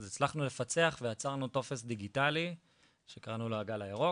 אז הצלחנו לפצח את זה ויצרנו טופס דיגיטלי שקראנו לו הגל הירוק,